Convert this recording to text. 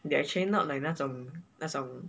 they are actually not like 那种那种